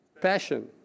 Passion